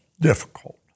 difficult